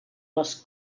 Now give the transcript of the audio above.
les